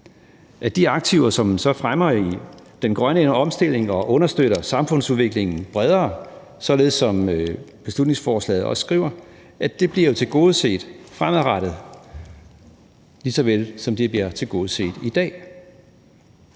at de aktiver, som fremmer den grønne omstilling og understøtter samfundsudviklingen bredere, således som man også skriver i beslutningsforslaget, jo bliver tilgodeset fremadrettet, lige så vel som de bliver tilgodeset i dag.